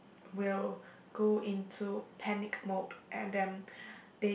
will go into panic mode and then they